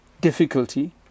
difficulty